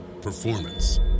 performance